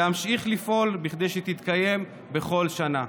ואמשיך לפעול כדי שיתקיים בכל שנה.